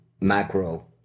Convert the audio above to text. macro